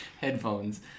headphones